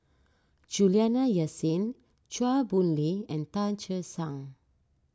Juliana Yasin Chua Boon Lay and Tan Che Sang